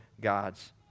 God's